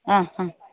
ആ ആ